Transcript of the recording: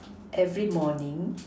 every morning